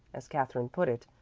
as katherine put it,